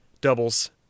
doubles